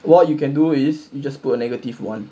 what you can do is just put a negative one